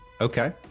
Okay